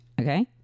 okay